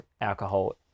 alcohol